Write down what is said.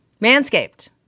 Manscaped